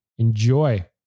enjoy